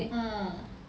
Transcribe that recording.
orh